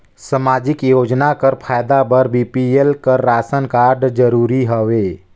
समाजिक योजना कर फायदा बर बी.पी.एल कर राशन कारड जरूरी हवे?